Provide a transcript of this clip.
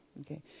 Okay